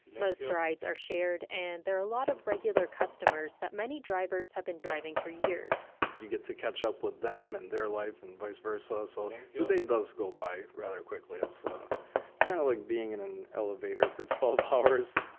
most rides are shared and there are a lot of regular customers that many drivers have been driving for years you get to catch up with them and their life and vice versa. so, the day does go by rather quickly. it's it's kind of like being in an elevator for twelve hours.